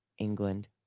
England